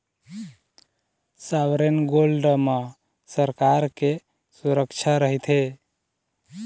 sovereign gold म सरकार के सुरक्छा रहिथे